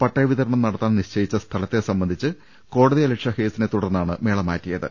പട്ടയ വിതരണം നടത്താൻ നിശ്ചയിച്ച സ്ഥലത്തെ സംബന്ധിച്ച് കോടതിയലക്ഷ്യ കേസിനെ തുടർന്നാണ് മേള മാറ്റിയത്